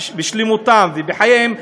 בשלמותם ובחייהם,